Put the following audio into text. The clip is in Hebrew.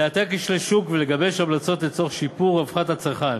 לאתר כשלי שוק ולגבש המלצות לצורך שיפור רווחת הצרכן,